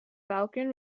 falcon